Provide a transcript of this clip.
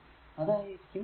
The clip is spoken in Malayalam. അതായിരിക്കും നല്ലതു